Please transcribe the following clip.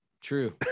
True